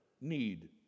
need